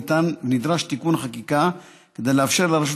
ונידרש תיקון חקיקה כדי לאפשר לרשות